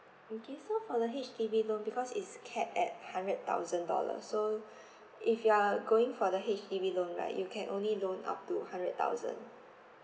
okay so for the H_D_B loan because it's capped at hundred thousand dollar so if you are going for the H_D_B loan right you can only loan up to hundred thousand